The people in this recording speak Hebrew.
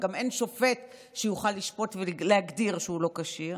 וגם אין שופט שיוכל לשפוט ולהגדיר שהוא לא כשיר,